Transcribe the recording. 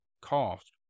cost